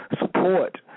support